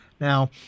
Now